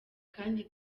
kandi